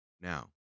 now